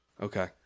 Okay